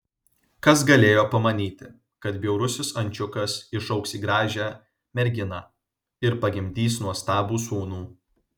kas galėjo pamanyti kad bjaurusis ančiukas išaugs į gražią merginą ir pagimdys nuostabų sūnų